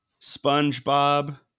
SpongeBob